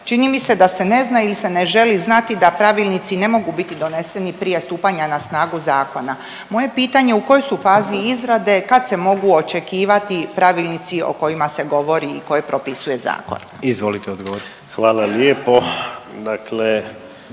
Čini mi se da se ne zna ili se ne želi znati da pravilnici ne mogu biti doneseni prije stupanja na snagu zakona. Moje pitanje je u kojoj su fazi izrade, kad se mogu očekivati pravilnici o kojima se govori i koje propisuje zakon? **Jandroković,